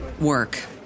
work